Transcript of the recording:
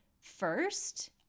first